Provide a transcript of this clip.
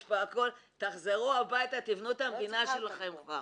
יש פה הכול אז תחזרו הביתה ותבנו את המדינה שלכם כבר.